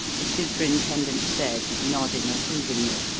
the superintendent said, nodding approvingly.